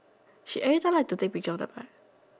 she every time like to take picture of the butt